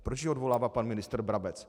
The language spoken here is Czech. Proč ji odvolává pan ministr Brabec?